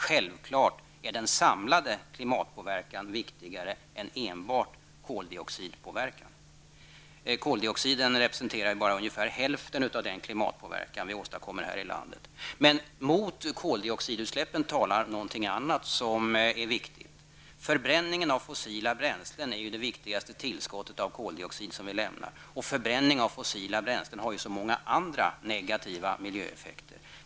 Självfallet är den samlade klimatpåverkan viktigare än enbart koldioxidpåverkan. Koldioxidutsläppen representerar bara ungefär hälften av den klimatpåverkan vi åstadkommer här i landet. Mot koldioxidutsläppen talar något annat som är viktigt. Förbränningen av fossila bränslen är det viktigaste tillskott av koldioxid som vi lämnar. Förbränning av fossila bränslen har ju så många andra negativa miljöeffekter.